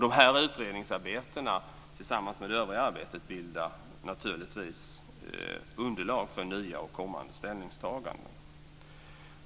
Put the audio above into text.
De här utredningsarbetena tillsammans med det övriga arbetet bildar naturligtvis underlag för nya och kommande ställningstaganden.